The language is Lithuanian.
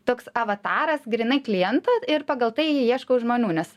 toks avataras grynai kliento ir pagal tai ieškau žmonių nes